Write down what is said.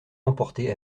emporté